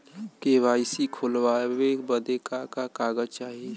KYC खोलवावे बदे का का कागज चाही?